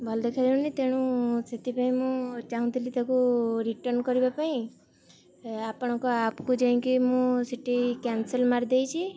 ଭଲ ଦେଖାଯାଉନି ତେଣୁ ସେଥିପାଇଁ ମୁଁ ଚାହୁଁଥିଲି ତାକୁ ରିଟର୍ଣ୍ଣ କରିବା ପାଇଁ ଆପଣଙ୍କ ଆପ୍କୁ ଯାଇକି ମୁଁ ସେଠି କ୍ୟାନସଲ୍ ମାରିଦେଇଛି